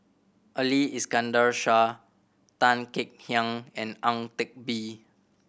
Ali Iskandar Shah Tan Kek Hiang and Ang Teck Bee